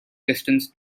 distance